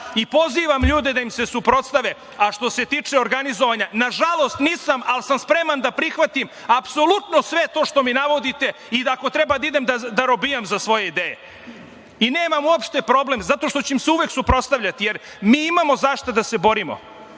I pozivam ljude da im se suprotstave. A, što se tiče organizovanja, nažalost, nisam, ali sam spreman da prihvatim apsolutno sve to što mi navodite i ako treba da idem da robijam za svoje ideje. Nemam uopšte problem zato što ću im se uvek suprotstavljati, jer mi imamo za šta da se borimo.